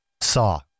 Saw